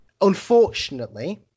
unfortunately